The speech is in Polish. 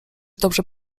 dobrze